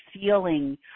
feeling